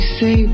say